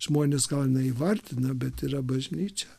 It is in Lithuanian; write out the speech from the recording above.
žmonės gal neįvardina bet yra bažnyčia